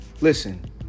Listen